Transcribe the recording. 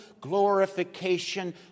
glorification